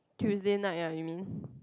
Tuesday night ah you mean